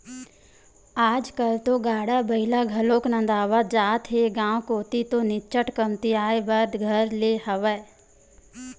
आजकल तो गाड़ा बइला घलोक नंदावत जात हे गांव कोती तो निच्चट कमतियाये बर धर ले हवय